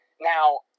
Now